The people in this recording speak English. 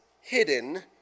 hidden